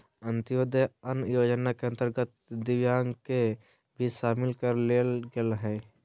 अंत्योदय अन्न योजना के अंतर्गत दिव्यांग के भी शामिल कर लेल गेलय हइ